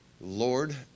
Lord